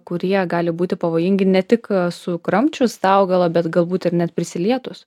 kurie gali būti pavojingi ne tik sukramčius tą augalą bet galbūt ir net prisilietus